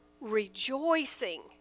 rejoicing